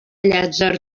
llàtzer